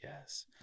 yes